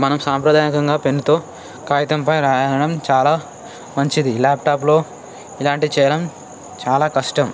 మనం సాంప్రదాయకంగా పెన్నుతో కాగితంపై రాయడం చాలా మంచిది ల్యాప్టాప్లో ఇలాంటివి చేయడం చాలా కష్టం